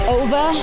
over